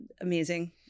amazing